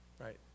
Right